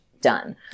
done